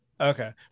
Okay